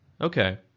Okay